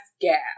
gap